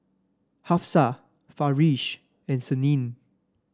Hafsa Farish and Senin